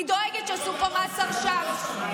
אני דואגת שיעשו פה מעצר שווא.